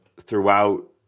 throughout